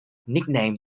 nicknamed